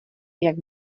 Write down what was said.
jak